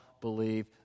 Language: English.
believe